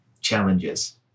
challenges